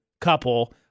couple